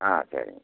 ஆ சரிங்க